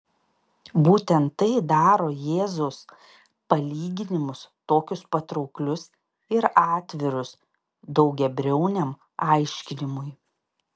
būtent tai daro jėzaus palyginimus tokius patrauklius ir atvirus daugiabriauniam aiškinimui